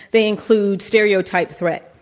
they include stereotype threat.